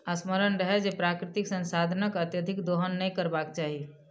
स्मरण रहय जे प्राकृतिक संसाधनक अत्यधिक दोहन नै करबाक चाहि